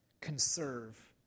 conserve